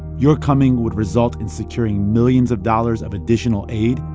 your coming would result in securing millions of dollars of additional aid.